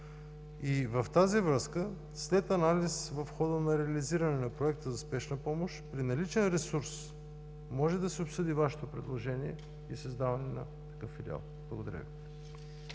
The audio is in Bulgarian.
В тази връзка след анализ в хода на реализирането на Проекта за спешна помощ, при наличен ресурс, може да се обсъди Вашето предложение за създаване на такъв филиал. Благодаря Ви.